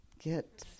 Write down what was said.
get